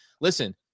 listen